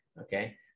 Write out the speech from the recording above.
Okay